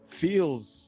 feels